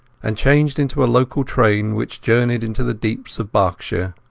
and changed into a local train which journeyed into the deeps of berkshire.